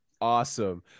awesome